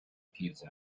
people